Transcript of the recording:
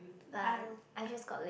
I'm